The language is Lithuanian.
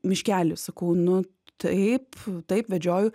miškely sakau nu taip taip vedžioju